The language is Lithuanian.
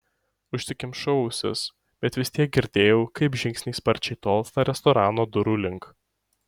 užsikimšau ausis bet vis tiek girdėjau kaip žingsniai sparčiai tolsta restorano durų link